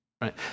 Right